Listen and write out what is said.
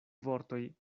vortoj